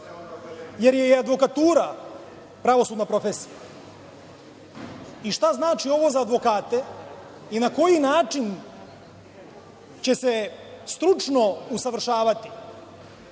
jer je i advokatura pravosudna profesija? Šta znači ovo za advokate i na koji način će se stručno usavršavati